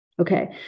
Okay